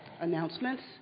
announcements